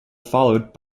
followed